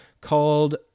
called